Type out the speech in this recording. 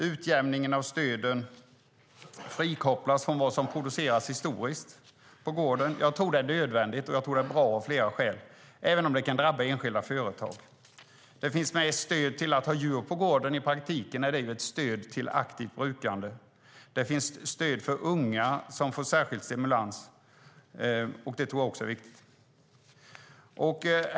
Utjämningen av stöden frikopplas från vad som producerats historiskt på gården. Jag tror att det är nödvändigt och bra av flera skäl, även om det kan drabba enskilda företag. Det finns med ett stöd till att ha djur på gården. I praktiken är det ju ett stöd till aktivt brukande. Det finns stöd till unga, som får särskild stimulans. Det tror jag också är viktigt.